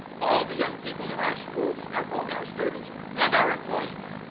all the young people in our schools are both our students and our employees.